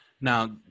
Now